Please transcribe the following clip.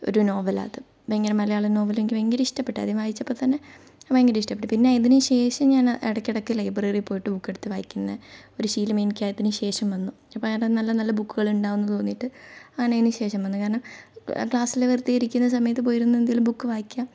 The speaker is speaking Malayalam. ഒരു നോവലാണ് അത് ഭയങ്കര മലയാളം നോവല് എനിക്ക് ഭയങ്കര ഇഷ്ടപ്പെട്ട് ആദ്യം വായിച്ചപ്പോൾത്തന്നെ ഭയങ്കര ഇഷ്ടപ്പെട്ടു പിന്നെ ഇതിനു ശേഷം ഞാൻ ഇടക്കിടക്ക് ലൈബ്രറിൽ പോയിട്ട് ബുക്കെടുത്ത് വായിക്കുന്ന ഒരു ശീലം എനിക്കതിനു ശേഷം വന്നു അപ്പം ഞാൻ നല്ല നല്ല ബുക്കുകൾ ഉണ്ടാവുംന്നു തോന്നിട്ട് അതിനു ശേഷം വന്നു കാരണം ക്ലാസ്സിൽ വെറുതെ ഇരിക്കുന്ന സമയത്ത് പോയിരുന്നു എന്തേലും ബുക്ക് വായിക്കാം